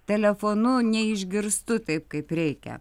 telefonu neišgirstu taip kaip reikia